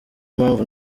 mpamvu